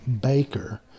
Baker